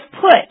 put